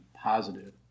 positive